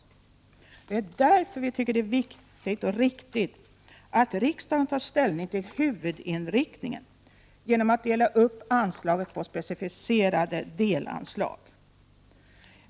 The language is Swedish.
Det är därför vi tycker att det är viktigt och riktigt att riksdagen tar ställning till huvudinriktningen genom att dela upp anslaget på specificerade delanslag.